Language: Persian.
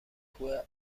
کوه